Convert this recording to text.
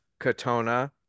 Katona